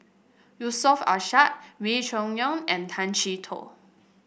Yusof Ishak Wee Cho Yaw and Tay Chee Toh